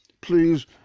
Please